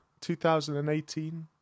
2018